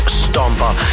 stomper